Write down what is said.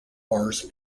bars